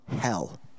hell